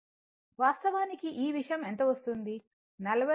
కాబట్టి వాస్తవానికి ఈ విషయం ఎంత వస్తుంది 43